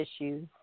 issues